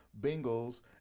Bengals